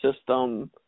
system –